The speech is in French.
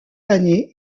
années